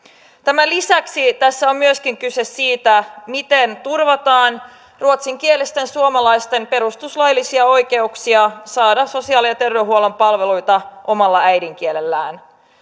tämän lisäksi tässä on myöskin kyse siitä miten turvataan ruotsinkielisten suomalaisten perustuslaillisia oikeuksia saada sosiaali ja terveydenhuollon palveluita omalla äidinkielellään